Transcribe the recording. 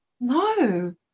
No